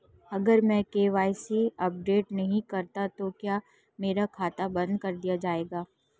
अगर मैं KYC update नहीं करता तो क्या मेरा खाता बंद कर दिया जाएगा?